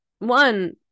One